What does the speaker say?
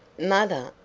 mother!